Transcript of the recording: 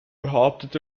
behauptet